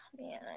Man